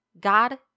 God